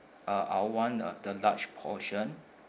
uh I want the the large portion